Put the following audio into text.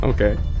okay